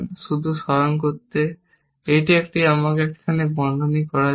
শুধু স্মরণ করতে এটি একটি আমাকে এখানে বন্ধনী করা যাক